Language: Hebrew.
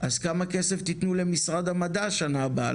אז כמה כסף תתנו למשרד המדע השנה הבאה,